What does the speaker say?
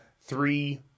three